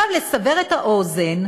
עכשיו, לסבר את האוזן,